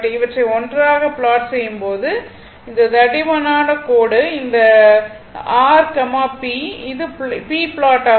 இவற்றை ஒன்றாக ப்லாட் செய்யும் போது இந்த தடிமனான கோடு இந்த தடிமனான கோடு r p இது p ப்லாட் ஆகும்